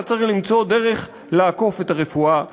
אתה צריך למצוא דרך לעקוף את הרפואה הציבורית.